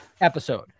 episode